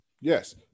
Yes